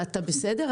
ואתה בסדר?